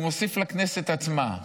הוא מוסיף לכנסת עצמה.